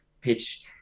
pitch